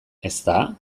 ezta